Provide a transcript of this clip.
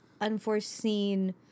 unforeseen